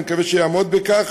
ואני מקווה שהוא יעמוד בכך,